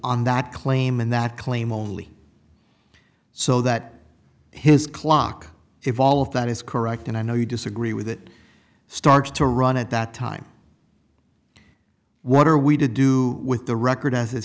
on that claim and that claim only so that his clock evolved that is correct and i know you disagree with it starts to run at that time what are we to do with the record as it